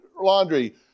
Laundry